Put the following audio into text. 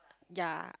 yea